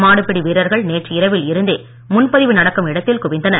மாடுபிடி வீரர்கள் நேற்று இரவில் இருந்தே முன்பதிவு நடக்கும் இடத்தில் குவிந்தனர்